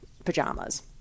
pajamas